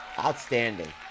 Outstanding